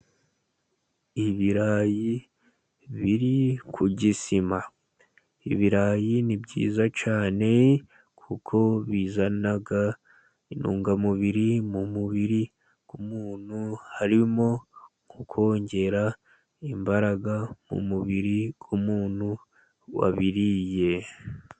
Ibirayi biri kugisima, ibirayi ni byiza cyane kuko bizana intungamubiri mu mubiri w'umuntu, harimo nko kongera imbaraga mu mubiri w'umuntu wabiriye.